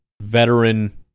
veteran